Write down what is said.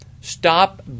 Stop